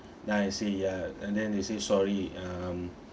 then I say ya and then they say sorry um